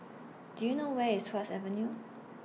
Do YOU know Where IS Tuas Avenue